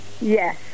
yes